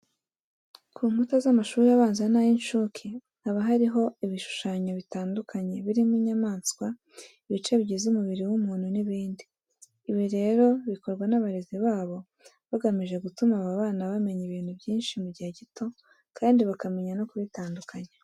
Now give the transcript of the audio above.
Ku nkuta z'amashuri abanza n'ay'incuke haba hariho ibishushanyo bitandukanye birimo inyamaswa, ibice bigize umubiri w'umuntu n'ibindi. Ibi rero bikorwa n'abarezi babo bagamije gutuma aba bana bamenya ibintu byinshi mu gihe gito kandi bakamenya no kubitandukanya.